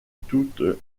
toute